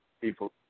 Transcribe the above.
people